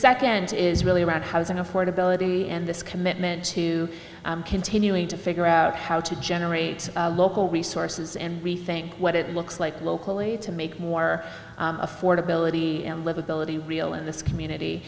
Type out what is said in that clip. second is really about housing affordability and this commitment to continuing to figure out how to generate local resources and rethink what it looks like locally to make more affordability and livability real in this community